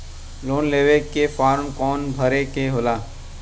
Loan लेवे के form कौन भरे के होला?